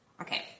okay